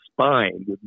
spine